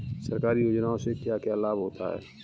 सरकारी योजनाओं से क्या क्या लाभ होता है?